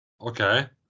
Okay